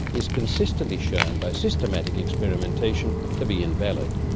is consistently shown by systematic experimentation to be invalid.